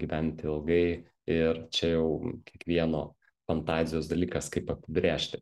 gyventi ilgai ir čia jau kiekvieno fantazijos dalykas kaip apibrėžti